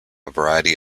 variety